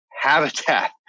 habitat